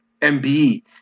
MBE